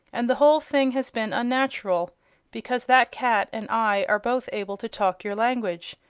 and the whole thing has been unnatural because that cat and i are both able to talk your language,